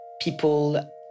people